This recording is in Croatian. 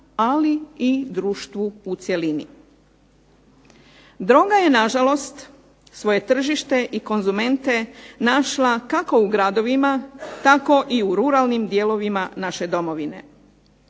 ali i društvu u cjelini. Droga je nažalost svoje tržište i konzumente našla kako u gradovima tako i u ruralnim dijelovima naše domovine.